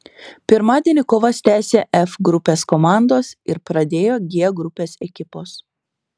pirmadienį kovas tęsė f grupės komandos ir pradėjo g grupės ekipos